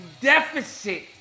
deficit